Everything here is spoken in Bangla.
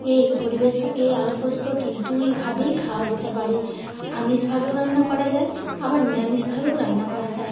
এই পরিবেশন এই আলু পোস্তটি দুইভাবেই খাওয়া যেতে পারে আমিষভাবেও রান্না করা যায় আবার নিরামিষভাবেও রান্না করা যায়